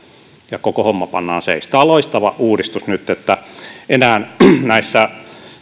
ja koko homma pannaan seis tämä on loistava uudistus nyt että näissä